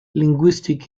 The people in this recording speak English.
linguistic